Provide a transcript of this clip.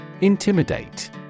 Intimidate